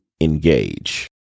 engage